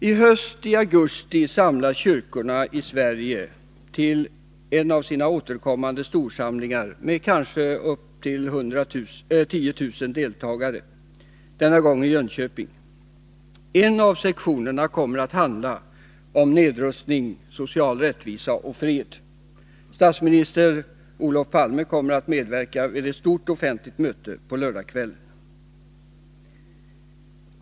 I augusti i höst samlas kyrkorna i Sverige till en av sina återkommande storsamlingar, med kanske upp till 10 000 deltagare, denna gång i Jönköping. En av sektionerna kommer att behandla nedrustning, social rättvisa och fred. Statsminister Olof Palme kommer att medverka vid ett stort offentligt möte på lördagskvällen.